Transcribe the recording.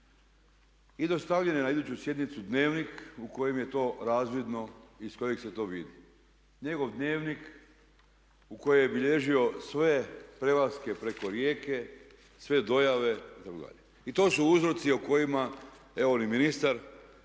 I dostavljen je na iduću sjednicu dnevnik u kojem je to razvidno i iz kojeg se to vidi. Njegov dnevnik u kojem je bilježio sve prelaske preko rijeke, sve dojave itd.. I to su uzroci o kojima evo ni ministar